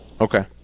Okay